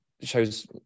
shows